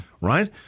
right